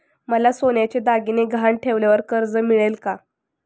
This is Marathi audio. मला सोन्याचे दागिने गहाण ठेवल्यावर कर्ज मिळेल का?